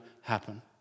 happen